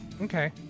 Okay